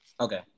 Okay